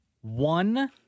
one